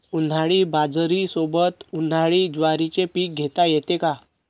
उन्हाळी बाजरीसोबत, उन्हाळी ज्वारीचे पीक घेता येते का?